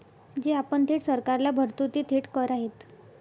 जे आपण थेट सरकारला भरतो ते थेट कर आहेत